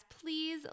please